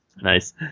Nice